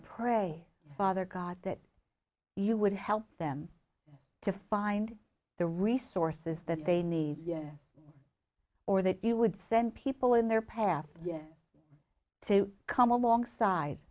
pray father god that you would help them to find the resources that they need yes or that you would send people in their path yes to come alongside